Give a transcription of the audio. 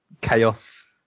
chaos